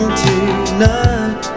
tonight